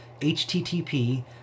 HTTP